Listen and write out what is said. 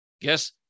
Guess